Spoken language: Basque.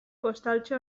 postaltxo